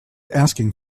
asking